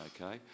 okay